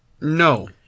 No